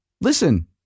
Listen